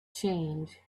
change